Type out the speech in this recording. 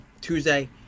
Tuesday